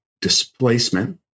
displacement